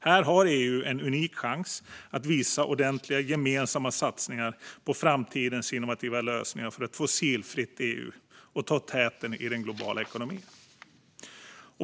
Här har EU en unik chans att via ordentliga, gemensamma satsningar på framtidens innovativa lösningar för ett fossilfritt EU ta täten i den globala ekonomin.